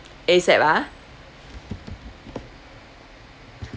ASAP ah